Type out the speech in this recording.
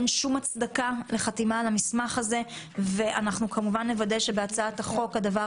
המטרה שלנו היא ללמוד איזה כלים